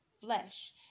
flesh